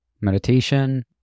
meditation